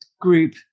group